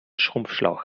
schrumpfschlauch